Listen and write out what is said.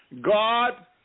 God